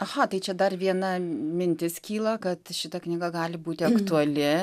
aha tai čia dar viena mintis kyla kad šita knyga gali būti aktuali